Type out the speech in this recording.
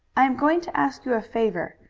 i am going to ask you a favor,